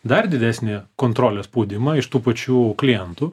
dar didesnį kontrolės spaudimą iš tų pačių klientų